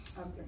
Okay